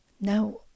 Now